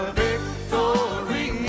victory